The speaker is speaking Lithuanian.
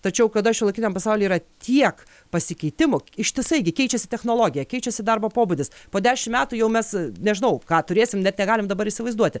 tačiau kada šiuolaikiniam pasauly yra tiek pasikeitimų ištisai gi keičiasi technologija keičiasi darbo pobūdis po dešim metų jau mes nežinau ką turėsim net negalim dabar įsivaizduoti